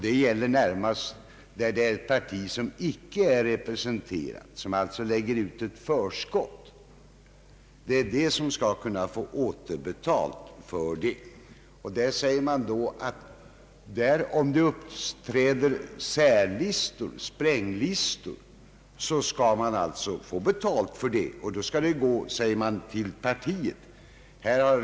Det gäller närmast ett parti som icke är representerat och lägger ut ett förskott. Ett sådant parti skulle då kunna få återbetalning för sina kostnader för valsedlarna. Då säger utskottet att där det förekommer spränglistor skall man få betalt även för dem — pengarna skall gå till partiet.